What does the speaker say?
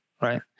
right